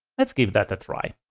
let's give that a try.